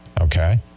okay